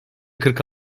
kırk